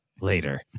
later